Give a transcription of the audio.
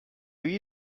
you